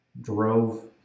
drove